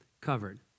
covered